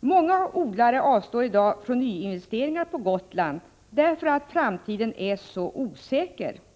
Många odlare avstår i dag från nyinvesteringar på Gotland på grund av att framtiden är så osäker.